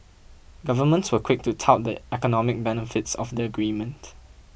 governments were quick to tout the economic benefits of the agreement